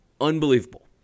unbelievable